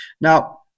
Now